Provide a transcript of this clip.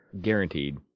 Guaranteed